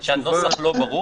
הכוונה שהנוסח לא ברור?